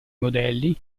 modelli